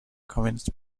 communist